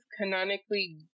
canonically